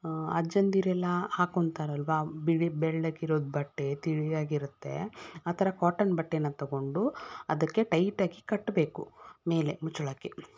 ಅಜ್ಜಂದಿರೆಲ್ಲ ಹಾಕೊತಾರಲ್ವಾ ಬಿಳಿ ಬೆಳ್ಳಗಿರೋದ್ಬಟ್ಟೆ ತಿಳಿಯಾಗಿರುತ್ತೆ ಆ ಥರ ಕಾಟನ್ ಬಟ್ಟೆನ ತಗೊಂಡು ಅದಕ್ಕೆ ಟೈಟಾಗಿ ಕಟ್ಟಬೇಕು ಮೇಲೆ ಮುಚ್ಚಳಕ್ಕೆ